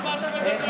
על מה אתה מדבר?